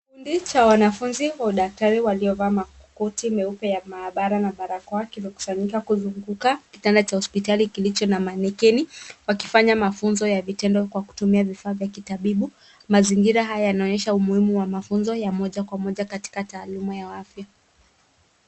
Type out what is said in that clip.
Kikundi cha wanafunzi wa udaktari waliovaa makoti meupe ya mahabara na barakoa wakmekusanyika kuzunguka kitanda cha hospitali kilicho na manikeni. Wakifanya mafunzo ya vitendo kwa kutumia vifaa vya kitabibu. Mazingira haya yanaonyesha umuhimu wa mafunzo ya moja kwa moja katika taaluma ya afya.